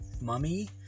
Mummy